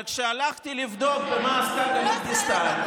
זאב אלקין (המחנה הממלכתי): אבל כשהלכתי לבדוק במה עסקה גלית דיסטל,